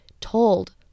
told